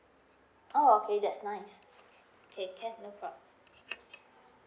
oh okay that's nice K can no problem